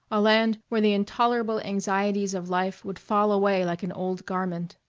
a land where the intolerable anxieties of life would fall away like an old garment.